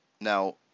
Now